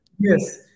Yes